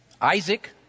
Isaac